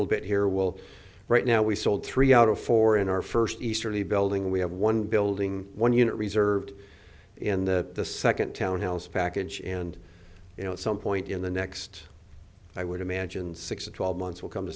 bit here will right now we sold three out of four in our first easterly building we have one building one unit reserved in the second townhouse package and you know at some point in the next i would imagine six to twelve months will come to